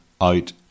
out